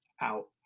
out